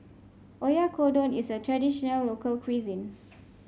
Oyakodon is a traditional local cuisine